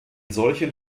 solchen